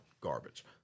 garbage